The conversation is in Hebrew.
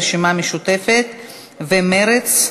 הרשימה המשותפת ומרצ,